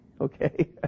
Okay